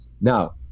Now